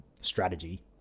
strategy